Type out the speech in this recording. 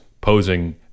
posing